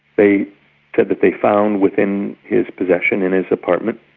they said that they found within his possession, in his apartment,